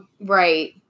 Right